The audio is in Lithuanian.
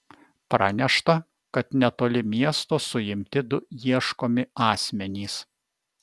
pranešta kad netoli miesto suimti du ieškomi asmenys